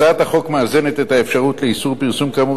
הצעת החוק מאזנת את האפשרות לאיסור פרסום כאמור